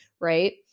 right